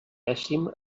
pèssim